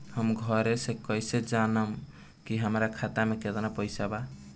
हम घरे से कैसे जानम की हमरा खाता मे केतना पैसा बा?